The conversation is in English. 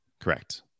Correct